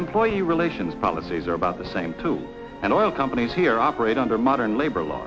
employee relations policies are about the same to an oil companies here operate under modern labor law